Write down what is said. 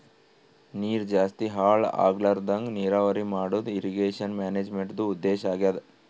ನೀರ್ ಜಾಸ್ತಿ ಹಾಳ್ ಆಗ್ಲರದಂಗ್ ನೀರಾವರಿ ಮಾಡದು ಇರ್ರೀಗೇಷನ್ ಮ್ಯಾನೇಜ್ಮೆಂಟ್ದು ಉದ್ದೇಶ್ ಆಗ್ಯಾದ